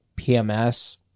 PMS